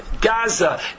Gaza